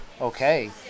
okay